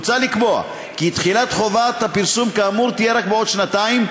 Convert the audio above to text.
מוצע לקבוע כי תחילת חובת הפרסום כאמור תהיה רק בעוד שנתיים,